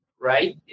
right